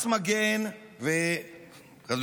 מס מגן וכדומה.